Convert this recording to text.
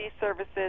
services